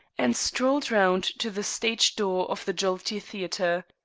and strolled round to the stage door of the jollity theatre.